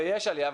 ויש עלייה,